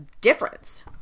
difference